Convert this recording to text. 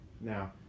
Now